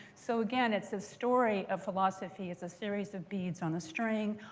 so again it's a story of philosophy. it's a series of beads on a string,